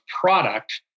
product